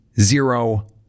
Zero